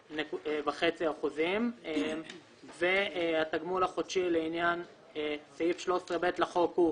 111.5%. התגמול החודשי לעניין סעיף 13ב(1) לחוק הוא